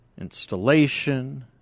installation